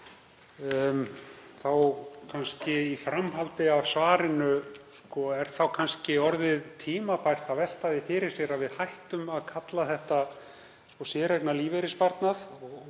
svarið. Í framhaldi af svarinu: Er þá kannski orðið tímabært að velta því fyrir sér að við hættum að kalla þetta séreignarlífeyrissparnað